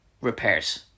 repairs